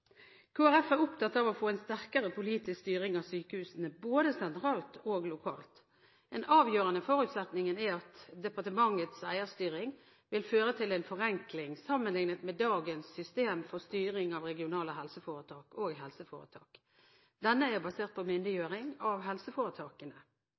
Folkeparti er opptatt av å få en sterkere politisk styring av sykehusene både sentralt og lokalt. En avgjørende forutsetning er at departementets eierstyring vil føre til en forenkling sammenlignet med dagens system for styring av regionale helseforetak og helseforetak. Denne er basert på